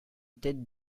tête